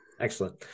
Excellent